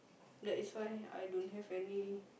that is why I don't have any